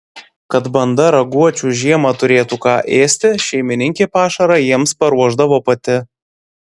kad banda raguočių žiemą turėtų ką ėsti šeimininkė pašarą jiems paruošdavo pati